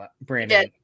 Brandon